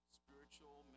spiritual